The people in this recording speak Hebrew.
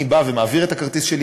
אני מעביר את הכרטיס שלי.